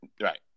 right